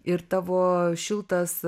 ir tavo šiltas